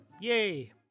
yay